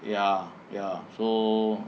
ya ya so